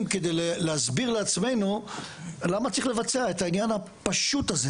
כדי להסביר לעצמנו למה צריך לבצע את העניין הפשוט הזה,